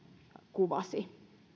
kuvasi